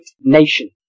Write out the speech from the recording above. nation